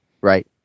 right